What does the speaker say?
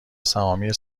سهامی